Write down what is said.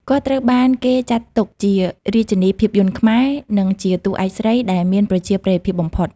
គាត់ត្រូវបានគេចាត់ទុកជា "រាជនីភាពយន្តខ្មែរ" និងជាតួឯកស្រីដែលមានប្រជាប្រិយភាពបំផុត។